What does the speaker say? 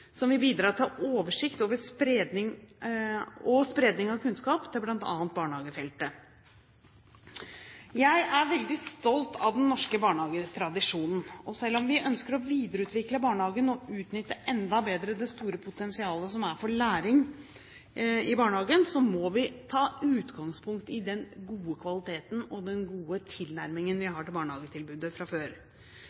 som vil bidra til oversikt over og spredning av kunnskap til bl.a. barnehagefeltet. Jeg er veldig stolt av den norske barnehagetradisjonen. Selv om vi ønsker å videreutvikle barnehagen og utnytte enda bedre det store potensialet som er for læring i barnehagene, må vi ta utgangspunkt i den gode kvaliteten og den gode tilnærmingen vi